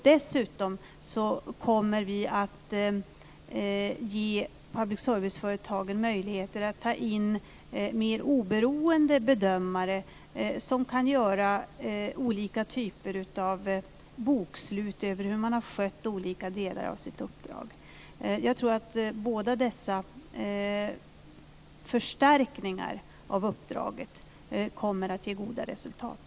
Dessutom kommer vi att ge public service-företagen möjligheter att ta in mer oberoende bedömare som kan göra olika typer av bokslut över hur man har skött olika delar av sitt uppdrag. Jag tror att båda dessa förstärkningar av uppdraget kommer att ge goda resultat.